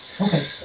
Okay